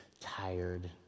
tired